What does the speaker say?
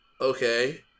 Okay